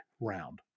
round